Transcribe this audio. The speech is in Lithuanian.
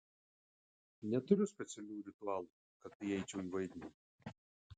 neturiu specialių ritualų kad įeičiau į vaidmenį